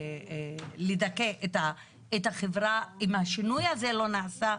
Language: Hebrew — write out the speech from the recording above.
ולדכא את החברה, אם השינוי הזה לא נעשה,